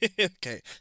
Okay